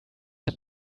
hat